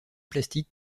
plastique